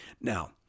Now